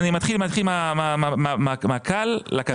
אני מתחיל מהקל לכבד.